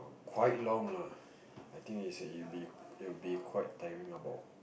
quite long lah I think is it be it'll be quite tiring about